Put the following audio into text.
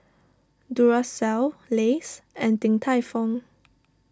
Duracell Lays and Din Tai Fung